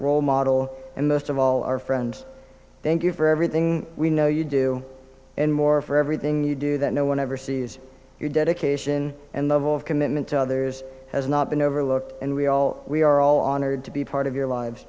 role model and most of all our friends thank you for everything we know you do and more for everything you do that no one ever sees your dedication and the commitment to others has not been overlooked and we all we are all honored to be part of your lives